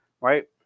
Right